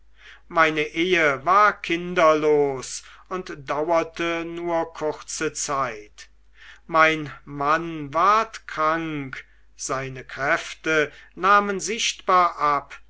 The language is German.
meine ehe war kinderlos und dauerte nur kurze zeit mein mann ward krank seine kräfte nahmen sichtbar ab